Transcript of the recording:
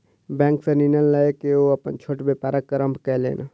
bank सॅ ऋण लय के ओ अपन छोट व्यापारक आरम्भ कयलैन